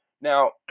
Now